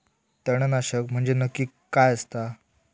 तणनाशक म्हंजे नक्की काय असता?